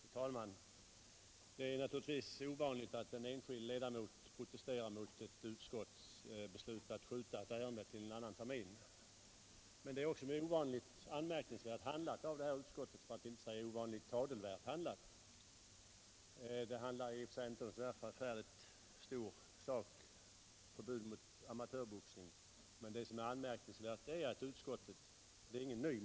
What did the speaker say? Fru talman! Det är naturligtvis ovanligt att en enskild ledamot protesterar mot ett utskottsbeslut att skjuta ett ärende till en annan termin, men det är också ovanligt anmärkningsvärt handlat av det här utskottet, för att inte säga att det är ovanligt tadelvärt handlat. Ärendet handlar i och för sig inte om någon särskilt stor sak —- vad det gäller är förbud mot amatörboxning. Det är inte någon ny motion, utan samma motion har ju förekommit flera gånger tidigare.